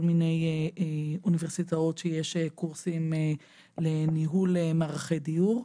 מיני אוניברסיטאות שיש קורסים לניהול מערכי דיור,